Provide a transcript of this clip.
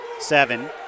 Seven